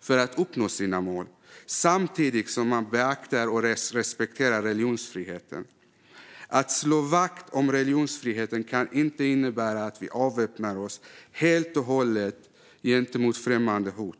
för att uppnå sina mål samtidigt som vi beaktar och respekterar religionsfriheten. Att slå vakt om religionsfriheten kan inte innebära att vi helt och hållet avväpnar oss gentemot främmande hot.